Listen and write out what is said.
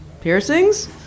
Piercings